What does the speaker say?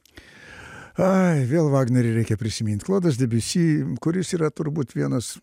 ai vėl vagnerį reikia prisimint klodas de biusi kuris yra turbūt vienas